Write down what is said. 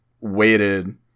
waited